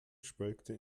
schwelgte